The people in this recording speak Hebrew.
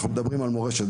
אנחנו מדברים על מורשת,